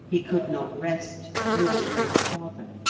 he could not rest, nor move farther.